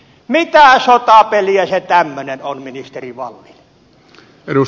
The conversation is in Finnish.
mitä sotapeliä se tämmöinen on ministeri wallin